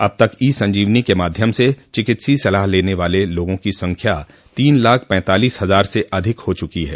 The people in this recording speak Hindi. अब तक ई संजीवनी के माध्यम से चिकित्सीय सलाह लेने वाले लोगों की संख्या तीन लाख पैंतालीस हजार से अधिक हो चुकी है